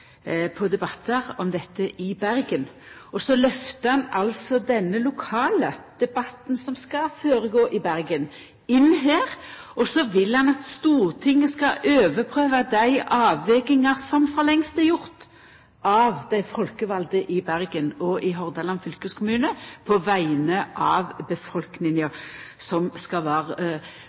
på debattar om dette i Bergen. Så lyftar han altså denne lokale debatten, som skal føregå i Bergen, inn her, og så vil han at Stortinget skal overprøva dei avvegingar som for lengst er gjorde av dei folkevalde i Bergen og i Hordaland fylkeskommune på vegner av befolkninga som skal